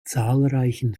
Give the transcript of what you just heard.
zahlreichen